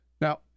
Now